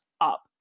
up